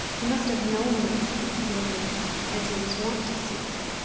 he must have known me had he seen me as he was wont to see me,